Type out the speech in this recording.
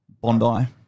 Bondi